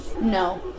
No